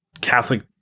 Catholic